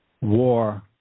War